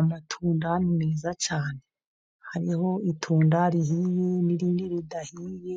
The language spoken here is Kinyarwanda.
Amatunda ni meza cyane, hariho itunda rihiye n'irindi ridahiye,